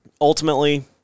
ultimately